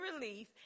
relief